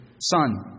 Son